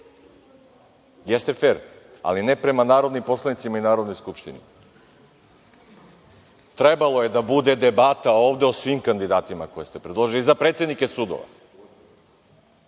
Jeste fer, ali ne prema narodnim poslanicima i Narodnoj skupštini. Trebalo je da bude debata o svim kandidatima koje ste predložili za predsednike sudova,